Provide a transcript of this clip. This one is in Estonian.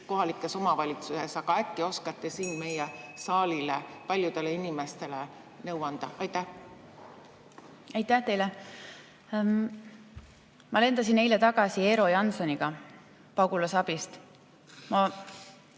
kohalikes omavalitsuses. Aga äkki oskate siin meie saalile, paljudele inimestele nõu anda? Aitäh teile! Ma lendasin eile tagasi koos Eero Jansoniga pagulasabist.